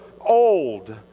old